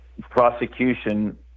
prosecution